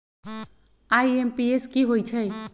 IMPS की होईछइ?